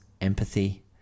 empathy